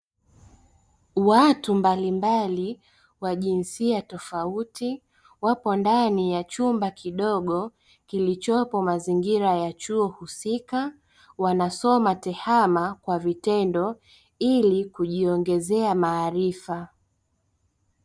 Watu mbalimbali wa jinsia tofauti wapo ndani ya chumba kidogo kilichopo mazingira ya chuo husika, wanasoma TEHAMA kwa vitendo ili kujiongezea maarifa.